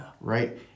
right